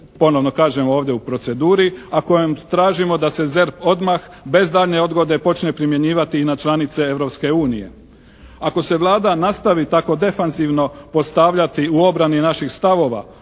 ponovno kažem ovdje u proceduri a kojom tražimo da se ZERP odmah, bez daljnje odgode počne primjenjivati i na članice Europske unije. Ako se Vlada nastavi tako defanzivno postavljati u obrani naših stavova